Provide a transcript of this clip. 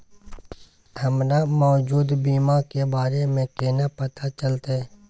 हमरा मौजूदा बीमा के बारे में केना पता चलते?